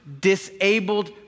disabled